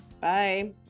bye